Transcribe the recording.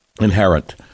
Inherent